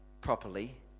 properly